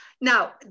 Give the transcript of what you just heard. Now